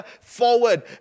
forward